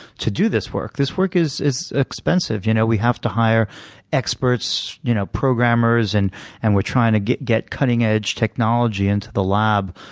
to do this work. this work is is expensive. you know we have to hire experts, you know programmers, and and we're trying to get get cutting-edge technology into the lab.